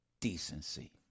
decency